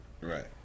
Right